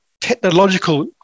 technological